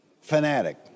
fanatic